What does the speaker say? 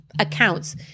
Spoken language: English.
accounts